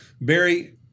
Barry